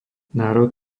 národ